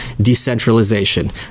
decentralization